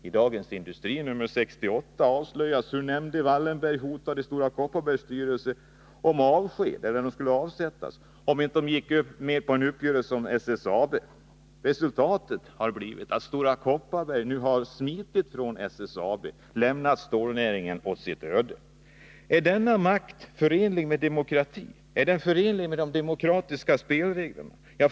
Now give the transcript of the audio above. I Dagens Industri nr 68 avslöjas hur nämnde Wallenberg hotade Stora Kopparbergs styrelse med avsättning om den inte gick med på en uppgörelse om SSAB. Resultatet har blivit att Stora Kopparberg nu har smitit från SSAB, lämnat stålnäringen åt sitt öde. Är denna makt förenlig med demokrati, är den förenlig med de demokratiska spelreglerna?